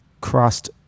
crossed